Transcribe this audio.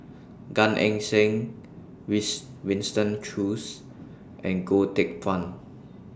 Gan Eng Seng wets Winston Choos and Goh Teck Phuan